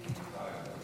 עד שאקבל לידיי את